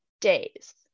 days